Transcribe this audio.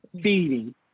feeding